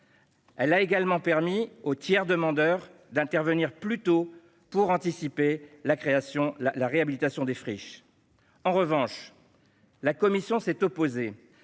Elle a également permis au tiers demandeur d'intervenir plus tôt, pour anticiper la réhabilitation des friches. En revanche, la commission s'est opposée